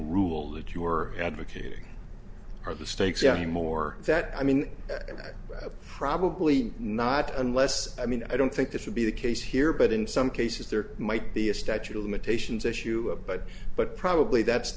rule that you are advocating are the stakes any more that i mean that probably not unless i mean i don't think that should be the case here but in some cases there might be a statute of limitations issue but but probably that's